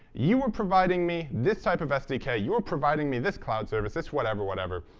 you were providing me this type of sdk. you were providing me this cloud service, this whatever, whatever.